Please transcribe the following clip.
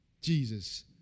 Jesus